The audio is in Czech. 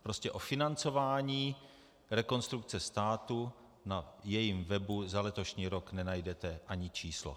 Prostě o financování Rekonstrukce státu na jejím webu za letošní rok nenajdete ani číslo.